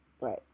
Right